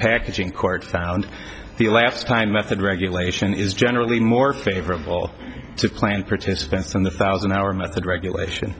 packaging court found the last time method regulation is generally more favorable to plan participants and the thousand hour method regulation